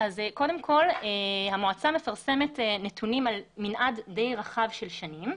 קודם כל המועצה מפרסמת נתונים על מנעד די רחב של שנים,